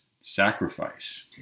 sacrifice